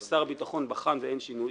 ושר הביטחון בחן ואין שינוי,